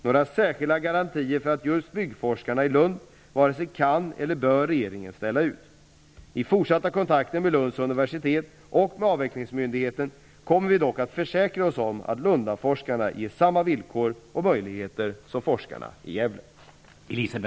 Några särskilda garantier för just byggforskarna i Lund varken kan eller bör regeringen ställa ut. I fortsatta kontakter med Lunds universitet och med avvecklingsmyndigheten kommer vi dock att försäkra oss om att Lundaforskarna ges samma villkor och möjligheter som forskarna i Gävle.